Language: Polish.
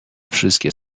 wszystkie